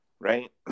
Right